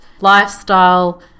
lifestyle